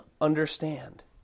understand